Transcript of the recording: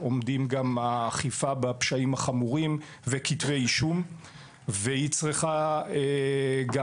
עומדים גם האכיפה בפשעים החמורים וכתבי אישום והיא צריכה גם